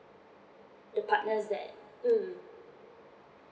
the partners that mm